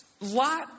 Lot